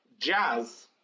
Jazz